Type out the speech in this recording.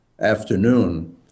afternoon